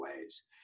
ways